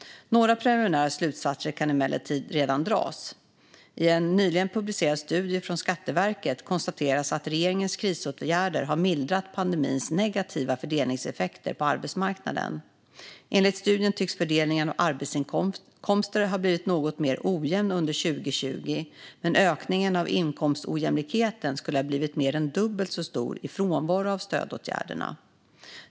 Några preliminära slutsatser kan emellertid redan dras. I en nyligen publicerad studie från Skatteverket konstateras att regeringens krisåtgärder har mildrat pandemins negativa fördelningseffekter på arbetsmarknaden. Enligt studien tycks fördelningen av arbetsinkomster ha blivit något mer ojämn under 2020, men ökningen av inkomstojämlikheten skulle ha blivit mer än dubbelt så stor i frånvaro av stödåtgärderna.